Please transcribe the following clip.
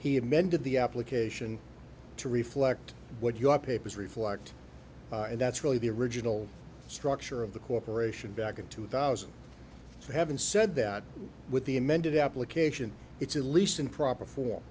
he amended the application to reflect what your papers reflect and that's really the original structure of the corporation back in two thousand having said that with the amended application it's at least in proper for